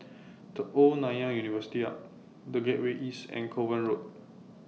The Old Nanyang University Arch The Gateway East and Kovan Road